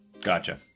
Gotcha